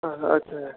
अँ अच्छा